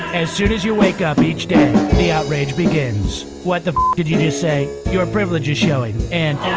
as soon as you wake up each day the outrage begins what the did you just say, your privilege is showing and